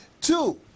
Two